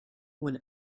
when